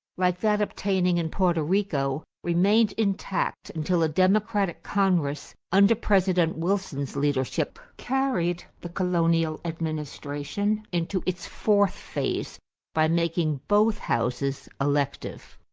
like that obtaining in porto rico, remained intact until a democratic congress under president wilson's leadership carried the colonial administration into its fourth phase by making both houses elective.